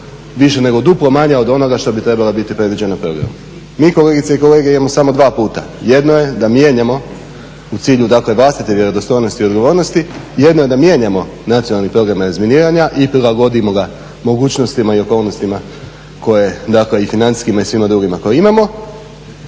više nego duplo manja od onoga što bi trebalo biti predviđena programom. Mi kolegice i kolege imamo samo dva puta. Jedno je da mijenjamo u cilju dakle vlastite vjerodostojnosti i odgovornosti. Jedno je da mijenjamo Nacionalni program razminiranja i prilagodimo ga mogućnostima i okolnostima koje dakle i financijskima i svima drugima koje imamo.